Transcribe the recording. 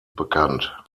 bekannt